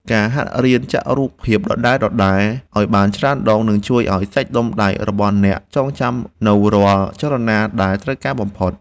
ការហាត់រៀនចាក់រូបភាពដដែលៗឱ្យបានច្រើនដង នឹងជួយឱ្យសាច់ដុំដៃរបស់អ្នកចងចាំនូវរាល់ចលនាដែលត្រូវការបំផុត។